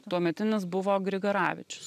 tuometinis buvo grigaravičius